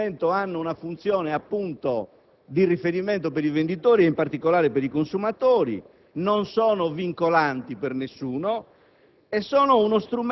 che tali prezzi hanno una funzione di riferimento per i venditori e in particolare per i consumatori; non sono vincolanti per nessuno